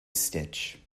stitch